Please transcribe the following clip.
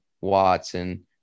Watson